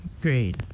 Great